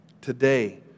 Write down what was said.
Today